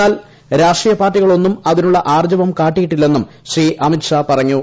എന്നാൽ രാഷ്ട്രീയ പാർട്ടികളൊന്നും അതിനുള്ള ആർജ്ജവം കാട്ടിയില്ലെന്നും ശ്രീ അമിത് ഷാ പറഞ്ഞു